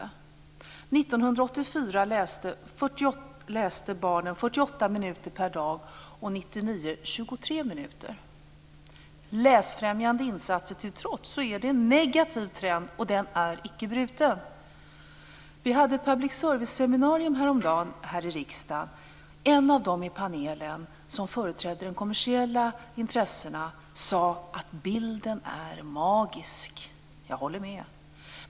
År 1984 läste barnen 48 minuter per dag och 1999 var det 23 minuter. Läsfrämjande insatser till trots är det en negativ trend och den är icke bruten. Vi hade ett public service-seminarium häromdagen här i riksdagen. En av dem i panelen som företrädde de kommersiella intressena sade att bilden är magisk. Jag håller med.